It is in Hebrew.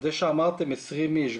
זה שאמרתם 20 איש,